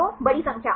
तो बड़ी संख्या